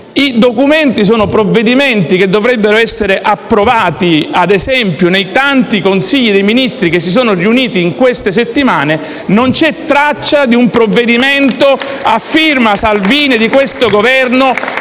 I documenti sono provvedimenti che dovrebbero essere approvati, ad esempio, nei tanti Consigli dei ministri che si sono riuniti in queste settimane. Ebbene, non c'è traccia di un provvedimento, a firma Salvini, di questo Governo